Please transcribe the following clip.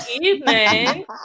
evening